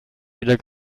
wieder